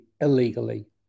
illegally